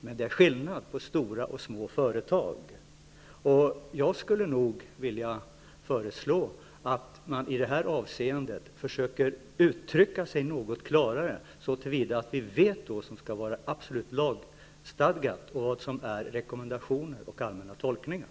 Men det är skillnad på stora och små företag. Jag skulle vilja föreslå att man i detta avseende försöker uttrycka sig något klarare, så att vi vet vad som skall vara absolut lagstadgat och vad som är rekommendationer och tolkningar.